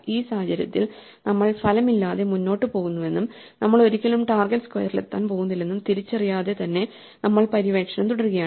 ഈ സാഹചര്യത്തിൽ നമ്മൾ ഫലമില്ലാതെ മുന്നോട്ട് പോകുന്നുവെന്നും നമ്മൾ ഒരിക്കലും ടാർഗെറ്റ് സ്ക്വയറിലെത്താൻ പോകുന്നില്ലെന്നും തിരിച്ചറിയാതെ തന്നെ നമ്മൾ പര്യവേക്ഷണം തുടരുകയാണ്